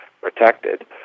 protected